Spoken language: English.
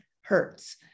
hurts